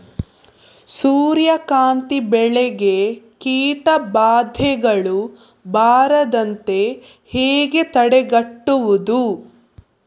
ಸೂರ್ಯಕಾಂತಿ ಬೆಳೆಗೆ ಕೀಟಬಾಧೆಗಳು ಬಾರದಂತೆ ಹೇಗೆ ತಡೆಗಟ್ಟುವುದು?